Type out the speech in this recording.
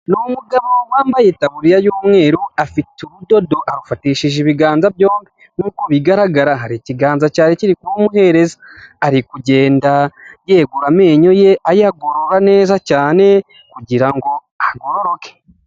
Ni umugabo wambaye itaburiya y'umweru, afite urudodo arufatishije ibiganza byombi nk'uko bigaragara hari ikiganza cyari kiri kurumuhereza, ari kugenda yegura amenyo ye ayagorora neza cyane kugira ngo agororoke.